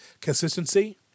consistency